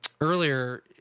earlier